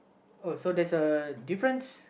oh so there's a difference